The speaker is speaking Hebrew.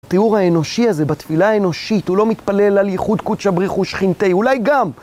התיאור האנושי הזה, בתפילה האנושית, הוא לא מתפלל על ייחוד קוד שבריך ושכינתי, אולי גם!